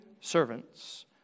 servants